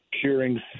curing